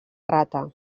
rata